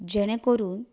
जेणें करून